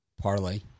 parlay